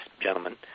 gentlemen